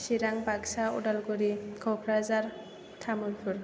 Chirang Baksa Udalguri Kokrajhar Tamulpur